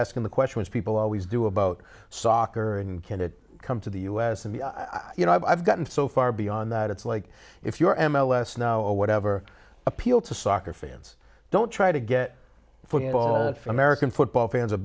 asking the questions people always do about soccer and can it come to the u s and i you know i've gotten so far beyond that it's like if you're m l s now or whatever appeal to soccer fans don't try to get football american football fans of